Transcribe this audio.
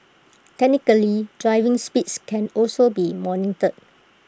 technically driving speeds can also be monitored